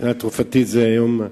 מבחינה תרופתית זה היום,